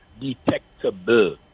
detectable